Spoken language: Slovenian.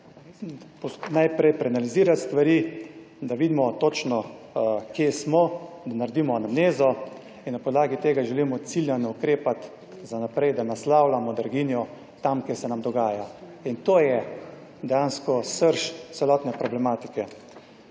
želimo najprej preanalizirati stvari, da vidimo točno kje smo, da naredimo anamnezo in na podlagi tega želimo cilja in ukrepati za v naprej, da naslavljamo draginjo tam, kjer se nam dogaja in to je dejansko srž celotne problematike.